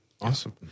Awesome